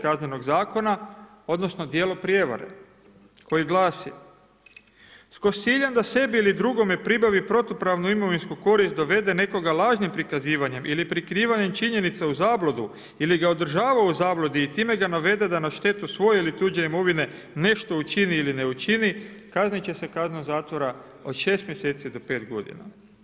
Kaznenog zakona odnosno djelo prijevare koji glasi „Tko s ciljem da sebi ili drugome pribavi protupravnu imovinsku korist, dovede nekoga lažnim prikazivanjem ili prikrivanjem činjenica u zabludu ili ga održavao u zabludi i time ga navede da na štetu svoje ili tuđe imovine nešto učini ili ne učini, kaznit će kaznom zatvora od 6 mjeseci do 5 godina“